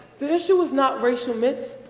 the issue is not racial myths,